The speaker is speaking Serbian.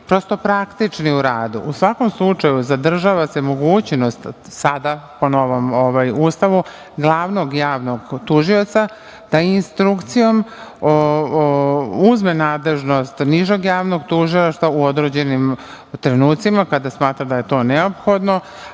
prosto praktični u radu. U svakom slučaju, zadržava se mogućnost sada pa na ovamo u Ustavu glavnog javnog tužioca, da instrukcijom uzme nadležnost nižeg javnog tužilaštva u određenim trenucima kada smatra da je to neophodno,